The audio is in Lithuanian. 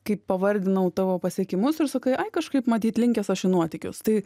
kai pavardinau tavo pasiekimus ir sakai kažkaip matyt linkęs aš į nuotykius tai